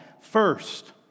first